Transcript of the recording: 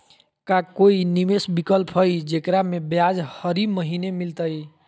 का कोई निवेस विकल्प हई, जेकरा में ब्याज हरी महीने मिलतई?